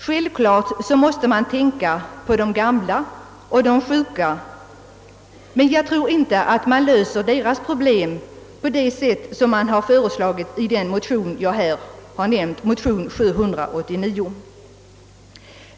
Självklart måste man tänka på de gamla och de sjuka, men jag tror inte man löser deras problem på det sätt som föreslagits i den motion som jag här nämnt, I: 789.